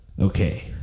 Okay